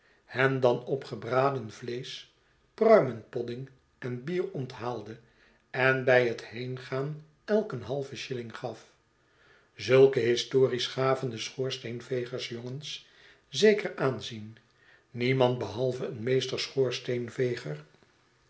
hen dan op gebraden vleesch pruimen podding en bier onthaalde en bij het heengaan elk een halven shilling gaf zulke histories gaven den schoorsteenvegersjongens zeker aanzien niemand behalve een